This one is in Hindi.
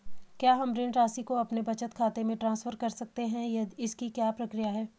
क्या हम ऋण राशि को अपने बचत खाते में ट्रांसफर कर सकते हैं इसकी क्या प्रक्रिया है?